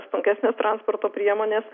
sunkesnės transporto priemonės